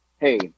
hey